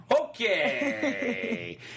Okay